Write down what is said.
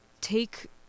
take